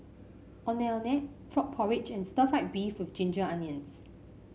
Ondeh Ondeh Frog Porridge and Stir Fried Beef with Ginger Onions